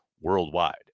worldwide